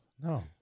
No